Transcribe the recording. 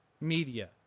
Media